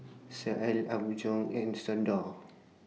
Sealy Apgujeong and Xndo